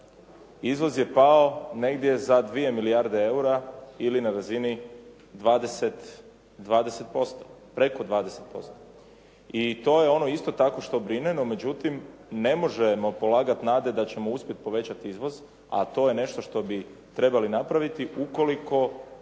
Izvoz je pao negdje za 2 milijarde eura ili na razini 20%, preko 20% i to je ono isto tako što brine, no međutim ne možemo polagati nade da ćemo uspjeti povećati izvoz a to je nešto što bi trebali napraviti ukoliko